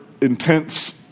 intense